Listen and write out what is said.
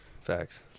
Facts